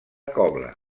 cobla